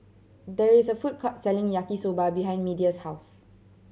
there is a food court selling Yaki Soba behind Media's house